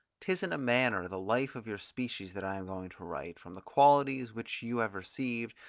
tis in a manner the life of your species that i am going to write, from the qualities which you have received,